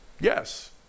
Yes